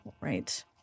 right